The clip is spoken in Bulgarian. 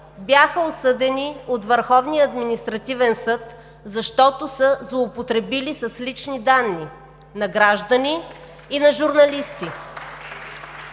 бяха осъдени от Върховния административен съд, защото са злоупотребили с лични данни на граждани и на журналисти